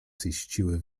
ziściły